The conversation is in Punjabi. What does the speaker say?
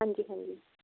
ਹਾਂਜੀ ਹਾਂਜੀ